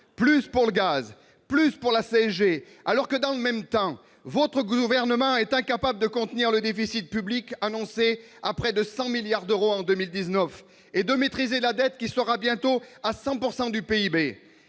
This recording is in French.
plus pour le gaz, plus pour la CSG, alors que, dans le même temps, votre gouvernement est incapable de contenir le déficit public, annoncé à près 100 milliards d'euros en 2019, et de maîtriser la dette, qui atteindra bientôt 100 % du PIB.